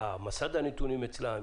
מסד הנתונים אצלם,